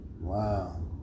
Wow